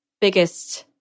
biggest